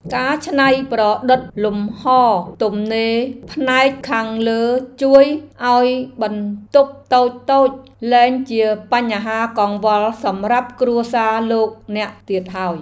ការច្នៃប្រឌិតលំហរទំនេរផ្នែកខាងលើជួយឱ្យបន្ទប់តូចៗលែងជាបញ្ហាកង្វល់សម្រាប់គ្រួសារលោកអ្នកទៀតហើយ។